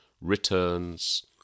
returns